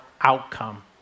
outcome